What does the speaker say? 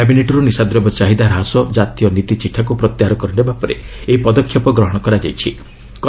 ମନ୍ତ୍ରଣାଳୟ କ୍ୟାବିନେଟ୍ରୁ ନିଶାଦ୍ରବ୍ୟ ଚାହିଦା ହ୍ରାସ ଜାତୀୟ ନୀତି ଚିଠାକୁ ପ୍ରତ୍ୟାହାର କରିନେବା ପରେ ଏହି ପଦକ୍ଷେପ ଗ୍ରହଣ କରାଯାଇଛି